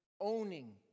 owning